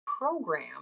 program